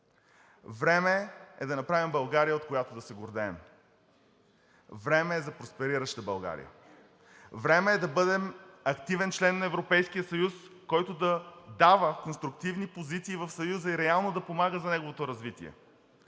време е да направим България, от която да се гордеем; време е за просперираща България! Време е да бъдем активен член на Европейския съюз, който да дава конструктивни позиции в Съюза и реално да помага за неговото развитие.